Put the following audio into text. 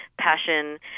passion